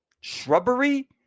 Shrubbery